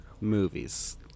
Movies